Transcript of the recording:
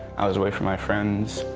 i was away from my friends.